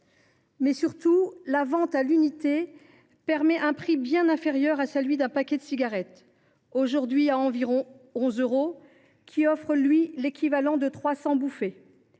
Surtout, la vente à l’unité permet un prix bien inférieur à celui d’un paquet de cigarettes, qui, aujourd’hui, coûte environ 11 euros et offre l’équivalent de 300 bouffées.